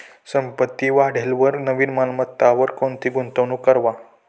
संपत्ती वाढेलवर नवीन मालमत्तावर कोणती गुंतवणूक करवा